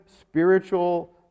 spiritual